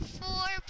four